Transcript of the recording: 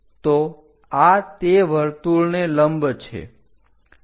તો આ તે વર્તુળને લંબ છે